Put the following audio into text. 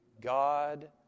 God